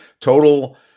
Total